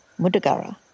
Mudagara